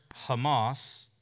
Hamas